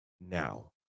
now